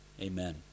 Amen